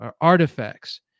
artifacts